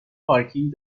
پارکینگ